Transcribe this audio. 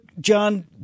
john